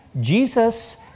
Jesus